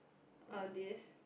err this